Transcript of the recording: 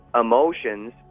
emotions